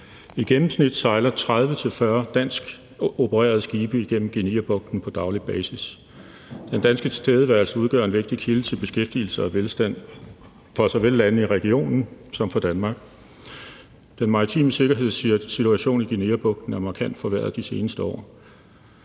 I gennemsnit sejler 30-40 danskopererede skibe igennem Guineabugten på daglig basis. Den danske tilstedeværelse udgør en vigtig kilde til beskæftigelse og velstand for såvel lande i regionen som for Danmark. Den maritime sikkerhed tilsiger, at situationen i Guineabugten er markant forværret de seneste år.